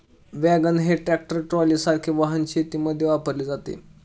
wagon हे tractor ट्रॉलीसारखे वाहन शेतीमध्ये वापरले जाते